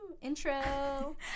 intro